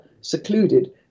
secluded